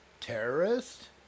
terrorist